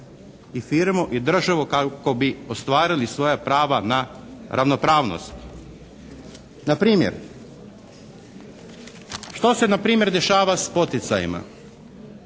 i firmu i državu kako bi ostvarili svoja prava na ravnopravnost. Npr., što se npr. dešava s poticajima.